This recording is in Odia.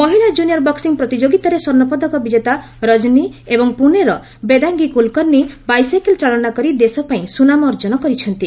ମହିଳା କ୍କୁନିୟର ବକ୍କିଂ ପ୍ରତିଯୋଗିତାରେ ସ୍ୱର୍ଣ୍ଣପଦକ ବିଜେତା ରଜନୀ ଏବଂ ପୁଣେର ବେଦାଙ୍ଗୀ କୁଲ୍କର୍ଣ୍ଣୀ ବାଇସାଇକେଲ୍ ଚାଳନା କରି ଦେଶ ପାଇଁ ସୁନାମ ଅର୍ଜନ କରିଛନ୍ତି